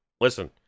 listen